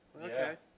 Okay